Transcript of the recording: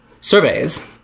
Surveys